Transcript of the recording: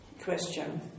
question